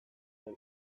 dela